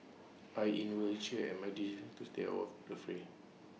I inwardly cheer at my decision to stay of the fray